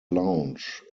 lounge